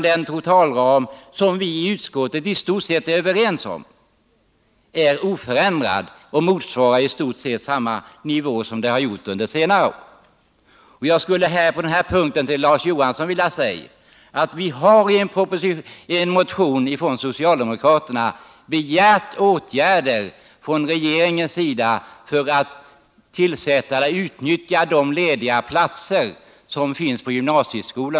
Den totalram som vi i utskottet i stort sett är överens om är alltså oförändrad. Jag vill här till Larz Johansson säga att socialdemokraterna i en motion har begärt att regeringen vidtar åtgärder för att minska andelen lediga platser i gymnasieskolan.